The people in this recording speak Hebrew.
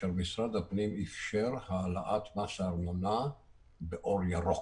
כאשר משרד הפנים אפשר העלאת מס הארנונה באור ירוק.